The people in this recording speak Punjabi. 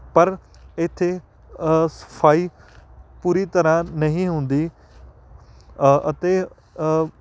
ਪਰ ਇੱਥੇ ਸਫਾਈ ਪੂਰੀ ਤਰ੍ਹਾਂ ਨਹੀਂ ਹੁੰਦੀ ਅਤੇ